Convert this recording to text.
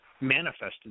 manifested